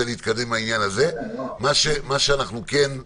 זו סיטואציה שיכולה לקרות,